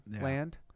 land